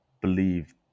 believe